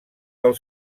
del